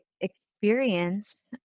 experience